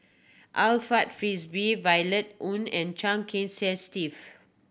Alfred Frisby Violet Oon and Chia Kiah Steve